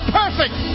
perfect